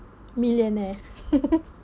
millionaire